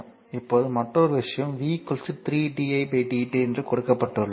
இப்போது மற்றொரு விஷயம் V 3 di dt என்று கொடுக்கப்பட்டுள்ளது